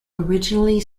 originally